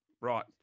Right